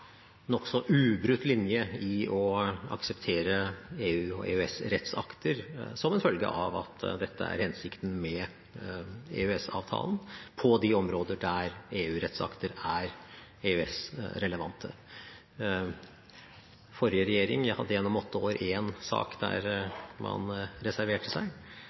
ubrutt linje i å akseptere EU- og EØS-rettsakter, som en følge av at dette er hensikten med EØS-avtalen på de områder der EU-rettsakter er EØS-relevante. Forrige regjering hadde gjennom åtte år én sak der man reserverte seg.